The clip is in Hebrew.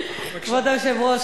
כבוד היושב-ראש,